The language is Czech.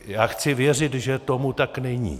Já chci věřit, že tomu tak není.